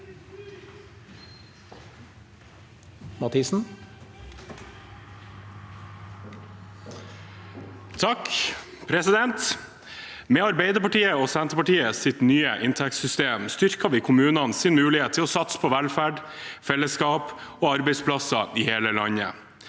(A) Med Arbeider- partiets og Senterpartiets nye inntektssystem styrker vi kommunenes mulighet til å satse på velferd, fellesskap og arbeidsplasser i hele landet.